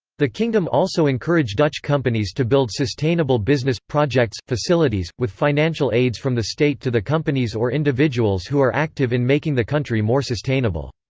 the kingdom also encourage dutch companies to build sustainable business projects facilities, with financial aids from the state to the companies or individuals who are active in making the country more sustainable.